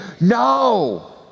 No